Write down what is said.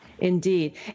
Indeed